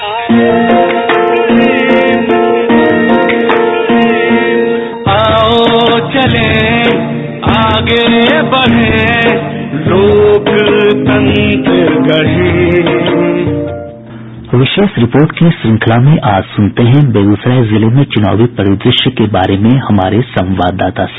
bite विशेष report की श्रृंखला में आज सुनते हैं बेगूसराय जिले में चुनावी परिदृश्य के बारे में हमारे संवाददाता से